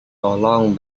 tolong